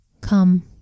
Come